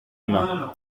humain